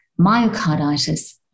myocarditis